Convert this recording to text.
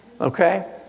Okay